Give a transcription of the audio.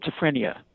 schizophrenia